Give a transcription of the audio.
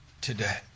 today